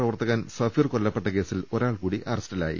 പ്രവർത്തകൻ സ്ഫീർ കൊല്ലപ്പെട്ട കേസിൽ ഒരാൾ കൂടി അറസ്റ്റിലായി